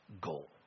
goal